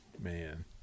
Man